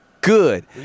good